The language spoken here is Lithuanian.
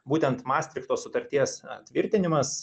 būtent mastrichto sutarties tvirtinimas